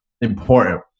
important